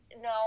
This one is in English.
no